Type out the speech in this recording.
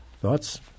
Thoughts